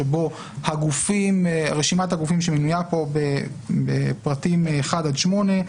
שבו רשימת הגופים שמנויה פה בפרטים (1) עד (8),